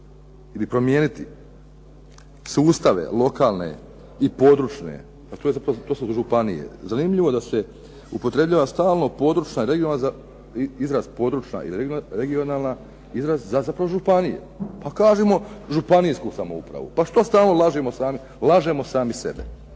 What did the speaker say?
ili promijeniti sustave lokalne i područne, pa to su županije. Zanimljivo da se upotrebljava stalno izraz područna i regionalna za županije. Pa kažimo županijsku samoupravu, pa što stalno lažemo sami sebe?